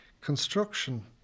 Construction